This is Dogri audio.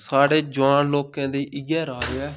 साढ़े जुआन लोकें दी इ'यै राए ऐ